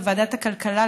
בוועדת הכלכלה,